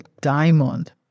diamond